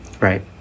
right